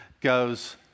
goes